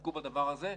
יסתפקו בדבר הזה.